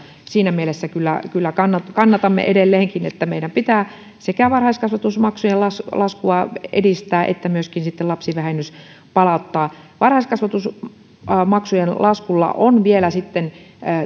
siinä mielessä kyllä kyllä kannatamme edelleenkin että meidän pitää sekä varhaiskasvatusmaksujen laskua edistää että myöskin lapsivähennys palauttaa varhaiskasvatusmaksujen laskulla on tietenkin sitten vielä